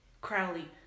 Crowley